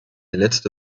letzte